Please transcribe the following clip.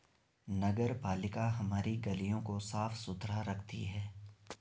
नगरपालिका हमारी गलियों को साफ़ सुथरा रखती है